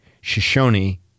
Shoshone